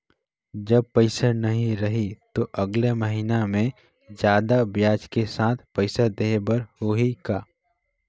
जब पइसा नहीं रही तो अगले महीना मे जादा ब्याज के साथ पइसा देहे बर होहि का?